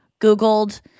Googled